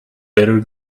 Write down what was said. better